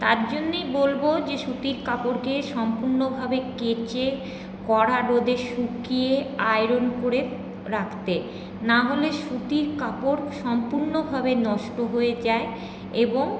তার জন্যই বলব যে সুতির কাপড়কে সম্পূর্ণভাবে কেচে কড়া রোদে শুকিয়ে আয়রন করে রাখতে নাহলে সুতির কাপড় সম্পূর্ণভাবে নষ্ট হয়ে যায় এবং